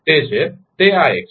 તે છે તે આ એક છે